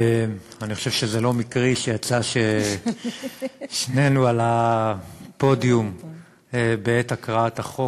אני חושב שזה לא מקרי שיצא ששנינו על הפודיום בעת הקראת החוק.